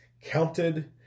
counted